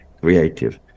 creative